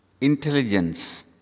Intelligence